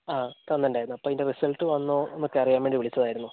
ആ തന്നിട്ടുണ്ടായിരുന്നു അപ്പോൾ അതിൻ്റെ റിസൽറ്റ് വന്നോ എന്നൊക്കെ അറിയാൻ വേണ്ടി വിളിച്ചതായിരുന്നു